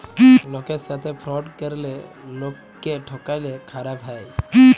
লকের সাথে ফ্রড ক্যরলে লকক্যে ঠকালে খারাপ হ্যায়